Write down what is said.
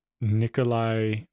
Nikolai